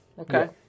Okay